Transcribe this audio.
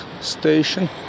station